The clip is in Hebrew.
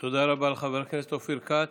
תודה רבה לחבר הכנסת אופיר כץ.